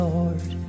Lord